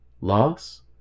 Loss